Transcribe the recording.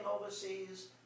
overseas